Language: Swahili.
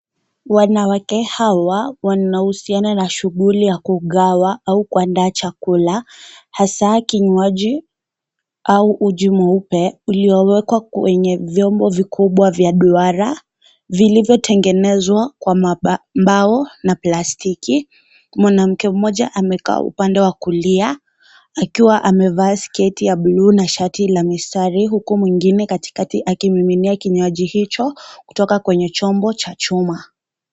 Wanawake hawa, wanahusiana na shughuli ya kugawa au kuandaa chakula, hasaa kinywaji au uji mweupe, uliowekwa kwenye vyombo vikubwa vya duara, vilivyotengenezwa kwa mbao na plastiki. Mwanamke mmoja amekaa upande wa kulia, akiwa amevaa sketi ya bluu na shati la mistari, huku mwingine katikati akimiminia kinywaji hicho, kutoka kwenye chombo cha chuma.